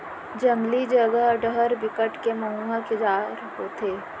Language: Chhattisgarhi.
जंगली जघा डहर बिकट के मउहा के झाड़ होथे